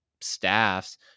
staffs